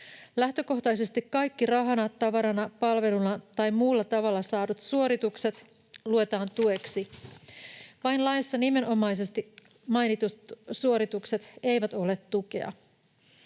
Lähtökohtaisesti kaikki rahana, tavarana, palveluna tai muulla tavalla saadut suoritukset luetaan tueksi. Vain laissa nimenomaisesti mainitut suoritukset eivät ole tukea.